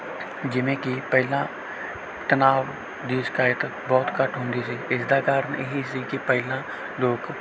ਜਿਵੇਂ ਕਿ ਪਹਿਲਾਂ ਤਨਾਵ ਦੀ ਸ਼ਿਕਾਇਤ ਬਹੁਤ ਘੱਟ ਹੁੰਦੀ ਸੀ ਇਸ ਦਾ ਕਾਰਨ ਇਹ ਹੀ ਸੀ ਕਿ ਪਹਿਲਾਂ ਲੋਕ